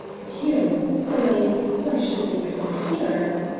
but here in sicily why should they come here?